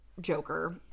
Joker